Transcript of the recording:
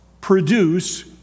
produce